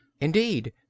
indeed